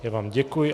Já vám děkuji.